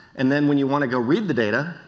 and then when you want to go read the data,